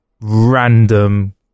random